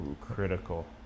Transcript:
critical